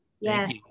Yes